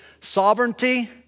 Sovereignty